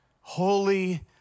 holy